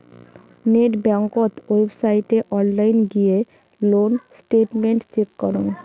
net বেংকত ওয়েবসাইটে online গিয়ে লোন স্টেটমেন্ট চেক করং